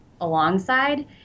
alongside